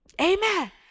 amen